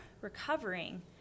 recovering